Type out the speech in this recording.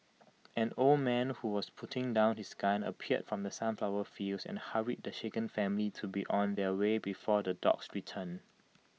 an old man who was putting down his gun appeared from the sunflower fields and hurried the shaken family to be on their way before the dogs return